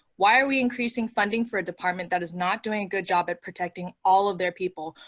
why are we increasing funding for a department that is not doing a good job at protecting all of their people?